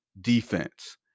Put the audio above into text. defense